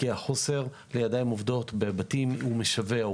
כי החוסר בידיים עובדות בבתים הוא משווע,